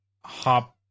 hop